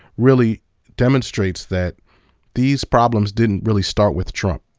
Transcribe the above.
really demonstrates that these problems didn't really start with trump.